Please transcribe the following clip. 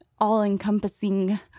all-encompassing